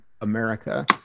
America